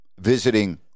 visiting